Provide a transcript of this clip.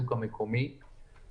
ט"ז בחשון תשפ"א,